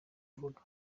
mvuga